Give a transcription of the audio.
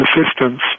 assistance